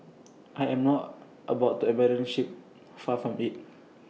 I am not about to abandon ship far from IT